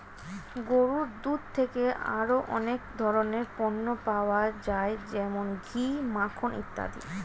গরুর দুধ থেকে আরো অনেক ধরনের পণ্য পাওয়া যায় যেমন ঘি, মাখন ইত্যাদি